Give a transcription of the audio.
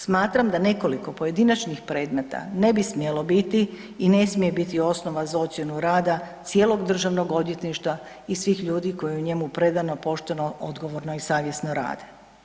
Smatram da nekoliko pojedinačnih predmeta ne bi smjelo biti i ne smije biti osnova za ocjenu rada cijelog DORH-a i svih ljudi koji u njemu predano, pošteno, odgovorno i savjesno rade.